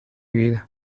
vida